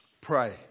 pray